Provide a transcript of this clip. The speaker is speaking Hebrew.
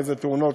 איזה תאונות,